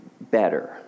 better